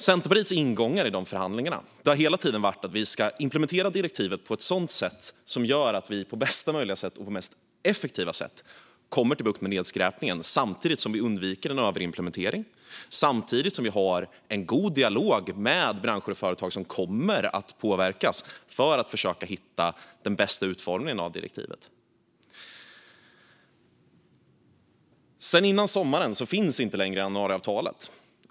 Centerpartiets ingångar i de förhandlingarna har hela tiden varit att vi ska implementera direktivet på ett sätt som gör att vi får bukt med nedskräpningen på bästa möjliga och mest effektiva sätt, samtidigt som vi undviker överimplementering och har en god dialog med branscher och företag som kommer att påverkas. Vi ska helt enkelt försöka hitta den bästa utformningen av implementeringen av direktivet. Sedan före sommaren finns inte längre januariavtalet.